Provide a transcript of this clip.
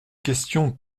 questions